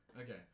Okay